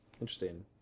Interesting